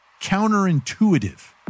counterintuitive